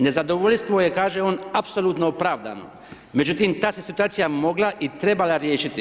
Nezadovoljstvo je kaže on apsolutno opravdano međutim ta se situacija mogla i trebala riješiti.